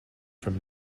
from